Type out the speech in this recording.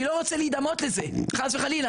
אני לא רוצה להידמות לזה; חס וחלילה